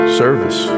service